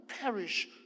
perish